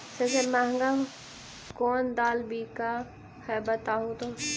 सबसे महंगा कोन दाल बिक है बताहु तो?